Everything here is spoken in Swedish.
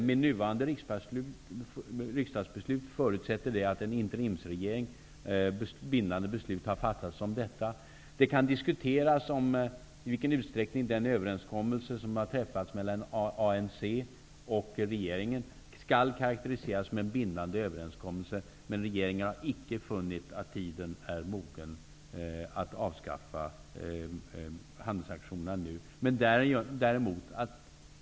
Men nuvarande riksdagsbeslut förutsätter en interimsregering innan ett bindande beslut kan fattas. Det kan diskuteras i vilken utsträckning den överenskommelse som har träffats mellan ANC och regeringen skall karakteriseras som en bindande överenskommelse. Men den svenska regeringen har icke funnit att tiden är mogen att avskaffa handelssanktionerna nu.